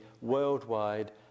worldwide